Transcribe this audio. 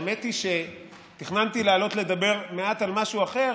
האמת היא שתכננתי לעלות לדבר מעט על משהו אחר,